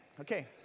Okay